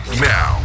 now